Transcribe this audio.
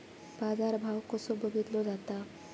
बाजार भाव कसो बघीतलो जाता?